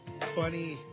funny